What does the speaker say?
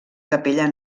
capella